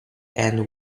and